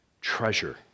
treasure